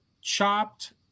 chopped